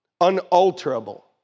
unalterable